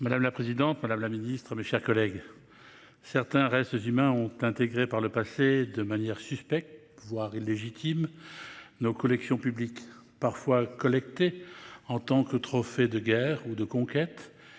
Madame la présidente, madame la ministre, mes chers collègues, certains restes humains ont intégré par le passé de manière suspecte, voire illégitime, nos collections publiques. Parfois collectés en tant que trophées de guerre ou de conquête,